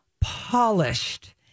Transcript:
polished